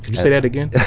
say that again?